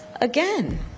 Again